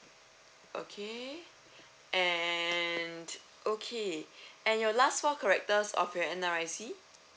okay and okay and your last four characters of your N_R_I_C